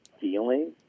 feeling